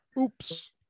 Oops